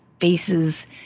Faces